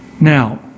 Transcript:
Now